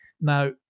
Now